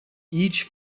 each